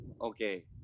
Okay